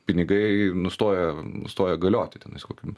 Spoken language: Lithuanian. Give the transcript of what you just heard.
pinigai nustoja nustoja galioti tenais kokiam